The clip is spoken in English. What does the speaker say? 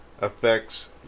affects